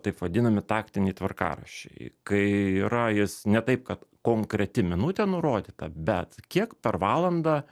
taip vadinami taktiniai tvarkaraščiai kai yra jis ne taip kad konkreti minutė nurodyta bet kiek per valandą